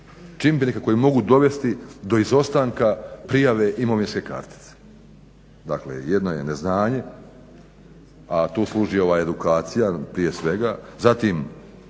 čimbenika koja mogu dovesti do izostanka prijave imovinske kartice, dakle jedno je neznanje, a tu služi ova edukacija prije svega,